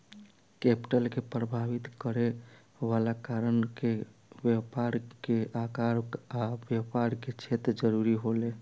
capital के प्रभावित करे वाला कारण में व्यापार के आकार आ व्यापार के क्षेत्र जरूरी हवे